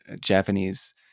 Japanese